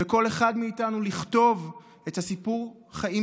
וכל אחד מאיתנו לכתוב את סיפור החיים